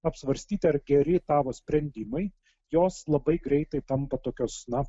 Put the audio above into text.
apsvarstyti ar geri tavo sprendimai jos labai greitai tampa tokios na